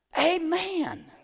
Amen